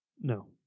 No